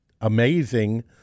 amazing